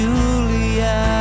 Julia